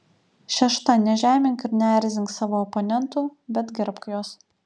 šešta nežemink ir neerzink savo oponentų bet gerbk juos